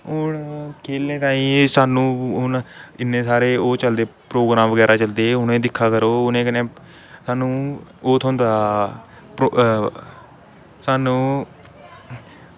हून खेलने ताईं एह् सानू हून इन्ने सारे ओह् चलदे प्रोग्राम बगैरा चलदे उ'नेंगी दिक्खा करो उ'नें कन्नै सानू ओह् थ्होंदा प्रो सानू